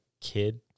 kid